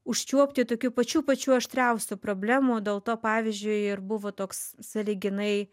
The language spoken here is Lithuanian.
užčiuopti tokių pačių pačių aštriausių problemų dėl to pavyzdžiui ir buvo toks sąlyginai